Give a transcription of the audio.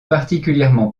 particulièrement